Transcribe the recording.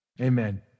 Amen